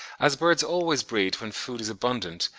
as birds always breed when food is abundant,